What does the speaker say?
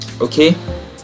Okay